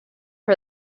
for